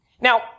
Now